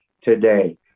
today